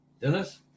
Dennis